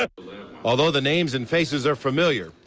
ah although the names and faces are familiar,